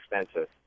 expensive